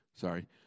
Sorry